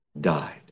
died